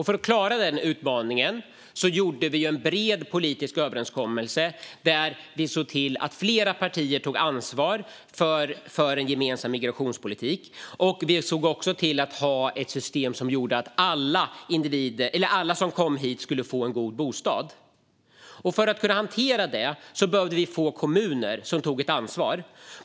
För att klara den utmaningen gjorde vi en bred politisk överenskommelse där flera partier tog ansvar för en gemensam migrationspolitik. Vi såg också till att ha ett system som gjorde att alla som kom hit skulle få en god bostad. För att hantera detta behövde vi kommuner som tog ett ansvar.